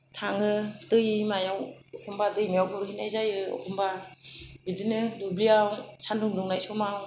थाङो दैमायाव अखम्बा दैमायाव गुरहैनाय जायो अखम्बा बिदिनो दुब्लियाव सानदुं दुंनाय समाव